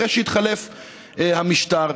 אחרי שהתחלף המשטר.